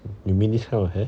you mean this kind of hair